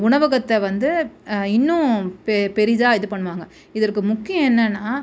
உணவகத்தை வந்து இன்னும் பெ பெரிதாக இது பண்ணுவாங்க இதற்கு முக்கியம் என்னென்னா